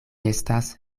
estas